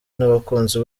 n’abakunzi